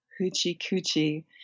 hoochie-coochie